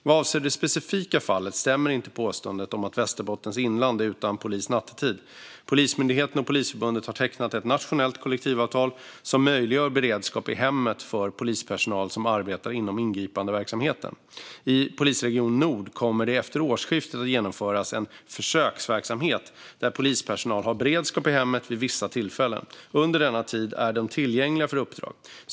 Vad avser det specifika fallet stämmer inte påståendet om att Västerbottens inland är utan polis nattetid. Polismyndigheten och Polisförbundet har tecknat ett nationellt kollektivavtal som möjliggör beredskap i hemmet för polispersonal som arbetar inom ingripandeverksamheten. I polisregion Nord kommer det efter årsskiftet att genomföras en försöksverksamhet där polispersonal har beredskap i hemmet vid vissa tillfällen. Under denna tid är de tillgängliga för uppdrag.